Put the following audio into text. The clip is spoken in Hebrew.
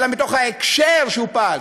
אלא מתוך ההקשר שהוא פעל.